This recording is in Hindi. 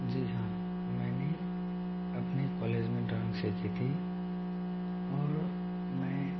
जी हाँ मैंने अपने कॉलेज में ड्राॅइंग में सीखी थी और मैं